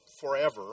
forever